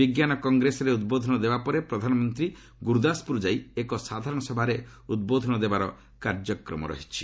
ବିଜ୍ଞାନ କଂଗ୍ରେସରେ ଉଦ୍ବୋଧନ ପରେ ପ୍ରଧାନମନ୍ତ୍ରୀ ଗୁରୁଦାସପୁର ଯାଇ ଏକ ସାଧାରଣ ସଭାରେ ଉଦ୍ବୋଧନ ଦେବାର କାର୍ଯ୍ୟକ୍ରମ ରହିଛି